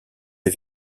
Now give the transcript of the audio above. des